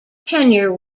tenure